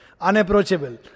unapproachable